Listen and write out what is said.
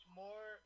more